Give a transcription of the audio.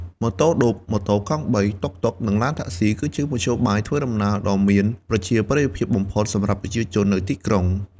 ម៉ូតូឌុប ម៉ូតូកង់បី តុកតុក និងឡានតាក់ស៊ី គឺជាមធ្យោបាយធ្វើដំណើរដ៏មានប្រជាប្រិយភាពបំផុតសម្រាប់ប្រជាជននៅទីក្រុង។